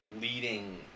leading